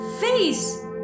FACE